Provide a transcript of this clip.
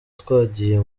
twagiye